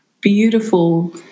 beautiful